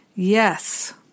Yes